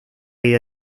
ideas